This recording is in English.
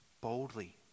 Boldly